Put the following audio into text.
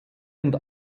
und